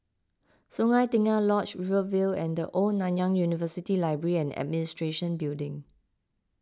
Sungei Tengah Lodge Rivervale and the Old Nanyang University Library and Administration Building